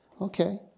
okay